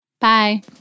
Bye